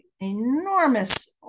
enormous